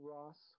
Ross